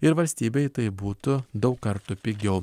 ir valstybei tai būtų daug kartų pigiau